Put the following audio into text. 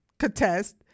contest